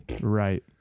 Right